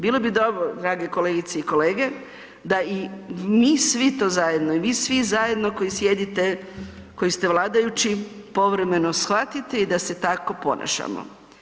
Bilo bi dobro, drage kolegice i kolege da i mi svi to zajedno i vi svi zajedno koji sjedite, koji ste vladajući, povremeno shvatite i da se tako ponašamo.